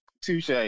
Touche